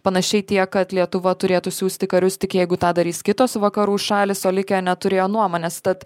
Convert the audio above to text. panašiai tiek kad lietuva turėtų siųsti karius tik jeigu tą darys kitos vakarų šalys o likę neturėjo nuomonės tad